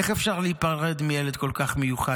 איך אפשר להיפרד מילד כל כך מיוחד,